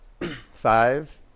five